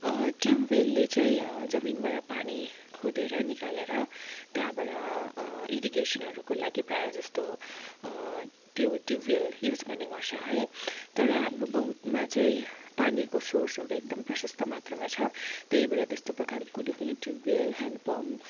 ट्युबवेलले चाहिँ जमिनबाट पानी खोदेर निकालेर त्यहाँबाट इरिगेसनहरूको लागि प्राय जस्तो त्यो ट्युबवेल युज गर्ने गर्छ है तर हाम्रो गाउँमा चाहिँ पानीको सोर्सहरू एकदम प्रशस्त मात्रामा छ त्यही भएर त्यस्तो प्रकारको कुनै पनि ट्युबवेल ह्यान्ड पम्प